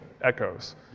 echoes